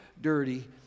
dirty